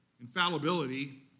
Infallibility